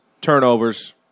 turnovers